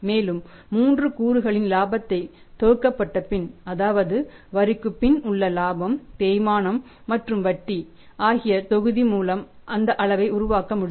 மேலும் மூன்று கூறுகளின் இலாபத்தைச் தொகுக்கப்பட்ட பின் அதாவது வரிக்கு பின் உள்ள இலாபம் தேய்மானம் மற்றும் வட்டி ஆகிய தொகுதி மூலம் அந்த அளவை உருவாக்க முடியும்